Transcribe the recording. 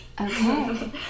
Okay